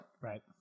Right